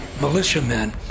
militiamen